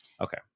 Okay